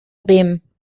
bremen